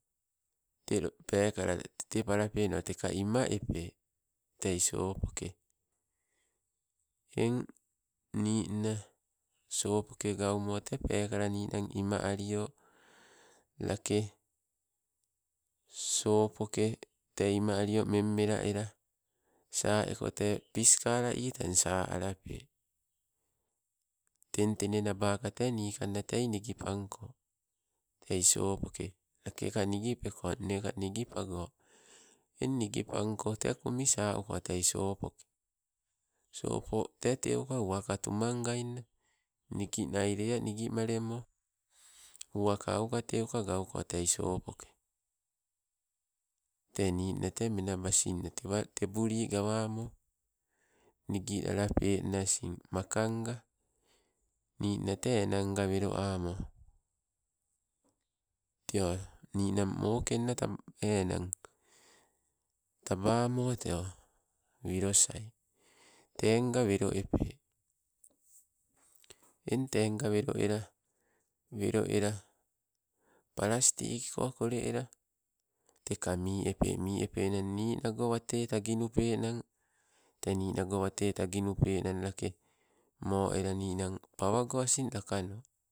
Telo pekala tetepalapeno teka imma epe teisopoke eng ni nna sopoke gaumo te peka ninan ima alio lake sopoke te ima alio menmela ela, sa eko te piskalai tang sa alape. Tentenenabaka te nikanna tei nigipanko. Tei sopoke, lakeka nigipeka nneka nigipago. Eng nigipanko te kumi saa uko tei sopoke, sopo te teuka uwaka tumangainna. Nigi nai lea nigimalemo, uwaka auka teuka gauko tei sopoke. Tee ninna tee menabasin nna tewa tebuli gawamo, nigi lalapenna asin, maka nga, ninna te enan nga welo ammo teo, ninang mokeng tam, enang tabamo teo welosai. Tengnga welo epee, eng te nga welo ela nelo ela palatikiko kole ela, teka mi epe, mii epe nang ninango wate tagi nupenang te ninago wate tagi nupenang lake mo ela ninang pawago asing lakano.